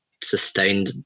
sustained